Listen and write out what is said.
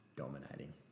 Dominating